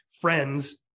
friends